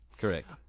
Correct